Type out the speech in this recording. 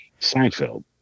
Seinfeld